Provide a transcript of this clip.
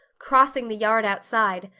crossing the yard outside,